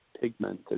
pigmented